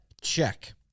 check